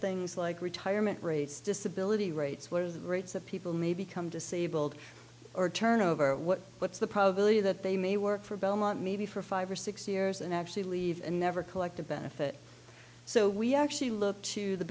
things like retirement rates disability rates where the rates of people may become disabled or turnover what what's the probability that they may work for belmont maybe for five or six years and actually leave and never collect a benefit so we actually look to the